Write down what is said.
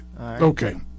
okay